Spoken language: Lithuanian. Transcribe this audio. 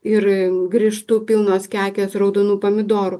ir grįžtu pilnos kekės raudonų pomidorų